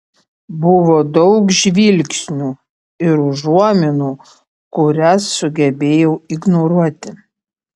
buvo daug žvilgsnių ir užuominų kurias sugebėjau ignoruoti